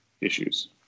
issues